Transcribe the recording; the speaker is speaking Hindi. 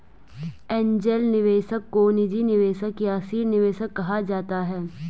एंजेल निवेशक को निजी निवेशक या सीड निवेशक कहा जाता है